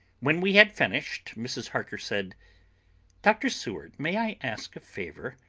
when we had finished, mrs. harker said dr. seward, may i ask a favour?